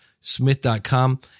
Smith.com